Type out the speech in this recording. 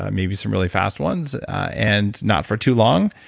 maybe some really fast ones and not for too long.